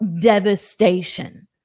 devastation